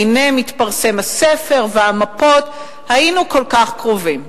והנה, מתפרסם הספר, והמפות, היינו כל כך קרובים.